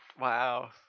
wow